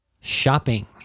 shopping